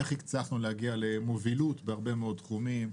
איך הצלחנו להגיע למובילות בהרבה מאוד תחומים,